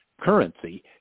currency